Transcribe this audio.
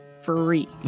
free